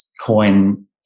coin